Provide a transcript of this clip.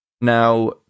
Now